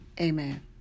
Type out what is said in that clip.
amen